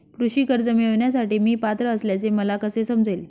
कृषी कर्ज मिळविण्यासाठी मी पात्र असल्याचे मला कसे समजेल?